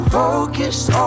focused